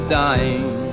dying